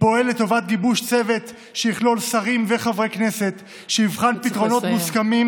פועל לטובת גיבוש צוות שיכלול שרים וחברי כנסת ויבחן פתרונות מוסכמים